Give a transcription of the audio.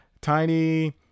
tiny